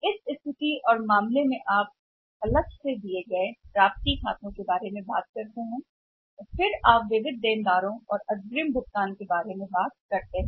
इस स्थिति में इस मामले में आप अलग से दिए गए खातों की प्राप्ति के बारे में बात करते हैं और फिर आप ऋणी ऋणी के बारे में बात करते हैं आप उन्नत भुगतान के बारे में बात करते हैं